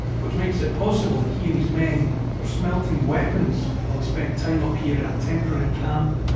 which makes it possible that he and his men were smelting weapons while they spent time up here in a temporary camp.